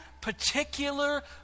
particular